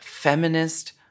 Feminist